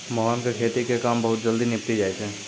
मोहन के खेती के काम बहुत जल्दी निपटी जाय छै